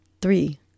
three